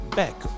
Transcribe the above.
back